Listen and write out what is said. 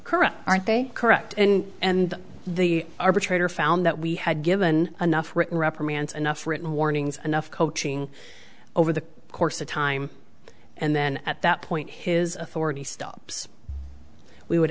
her aren't they correct and and the arbitrator found that we had given enough written reprimands enough written warnings enough coaching over the course of time and then at that point his authority stops we would